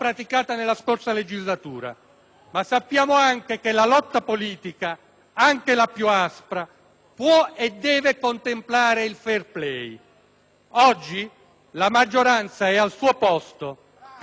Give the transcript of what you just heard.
Ma sappiamo anche che la lotta politica, anche la più aspra, può e deve contemplare il *fair play*. Oggi, la maggioranza è al suo posto, più numerosa di ieri